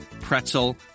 pretzel